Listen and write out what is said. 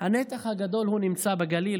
הנתח הגדול נמצא בגליל,